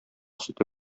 сөте